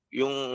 yung